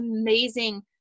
amazing